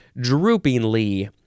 Droopingly